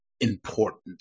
important